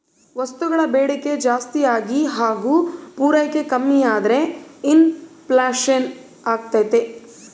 ವಸ್ತುಗಳ ಬೇಡಿಕೆ ಜಾಸ್ತಿಯಾಗಿ ಹಾಗು ಪೂರೈಕೆ ಕಮ್ಮಿಯಾದ್ರೆ ಇನ್ ಫ್ಲೇಷನ್ ಅಗ್ತೈತೆ